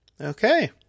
Okay